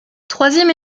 troisième